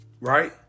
right